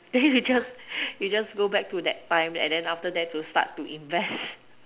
then you just you just go back to that time then after that start to invest